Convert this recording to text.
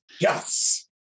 Yes